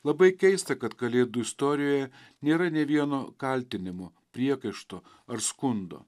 labai keista kad kalėdų istorijoje nėra nė vieno kaltinimo priekaišto ar skundo